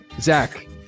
zach